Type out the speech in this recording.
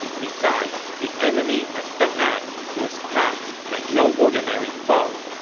besides, the enemy has deng ai, who is crafty and no ordinary foe.